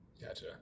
Gotcha